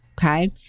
Okay